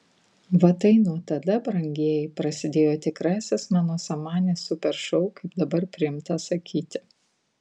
va tai nuo tada brangieji prasidėjo tikrasis mano samanės super šou kaip dabar priimta sakyti